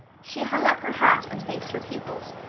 she hung up her hat and faced her pupils,